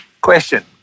Question